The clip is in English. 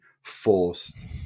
forced